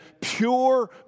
pure